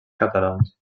catalans